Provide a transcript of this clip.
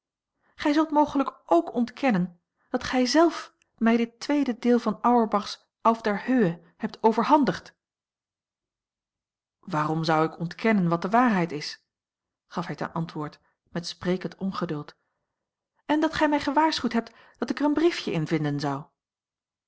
gij zult mogelijk ook ontkennen dat gij zelf mij dit tweede deel van auerbach's auf der höhe hebt overhandigd waarom zou ik ontkennen wat de waarheid is gaf hij ten antwoord met sprekend ongeduld en dat gij mij gewaarschuwd hebt dat ik er een briefje in vinden zou